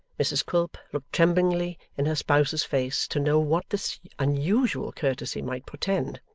mrs quilp looked tremblingly in her spouse's face to know what this unusual courtesy might portend,